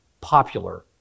popular